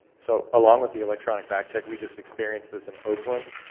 so, along with the electronic back check, we just experienced this in oakland,